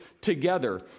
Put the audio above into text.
together